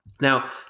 Now